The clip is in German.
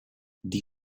die